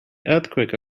earthquake